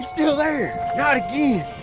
still there, not again.